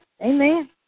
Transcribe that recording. Amen